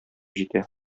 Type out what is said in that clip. җитә